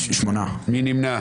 מי נמנע?